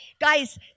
guys